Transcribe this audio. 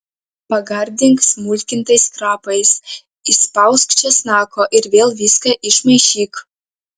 pagardink smulkintais krapais įspausk česnako ir vėl viską išmaišyk